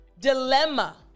dilemma